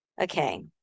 Okay